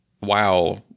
wow